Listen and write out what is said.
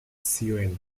zioen